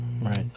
right